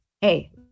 hey